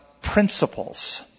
principles